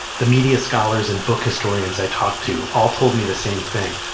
the media scholars and book historians i talked to all told me the same thing.